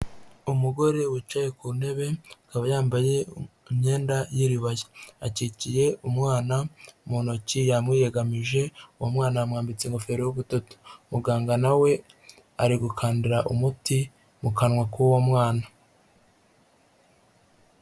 Umugore wicaye ku ntebe akaba yambaye imyenda y'iribaya akikiye umwana mu ntoki yamwiyegamije, uwo mwana yamwambitse ingofero y'ubudodo, muganga nawe ari gukandira umuti mu kanwa k'uwo mwana.